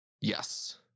Yes